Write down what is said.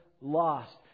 lost